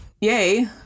yay